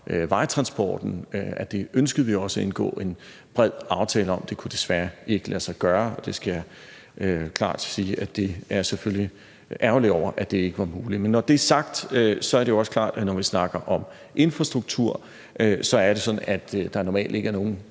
vejtransporten, men det kunne desværre ikke lade sig gøre, og det skal jeg sige klart at jeg selvfølgelig er ærgerlig over ikke var muligt. Men når det er sagt, er det også klart, at når vi snakker om infrastruktur, er det sådan, at der normalt ikke er nogen